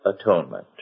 atonement